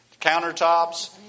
countertops